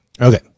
Okay